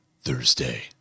thursday